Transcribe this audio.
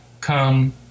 Come